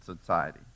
society